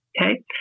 Okay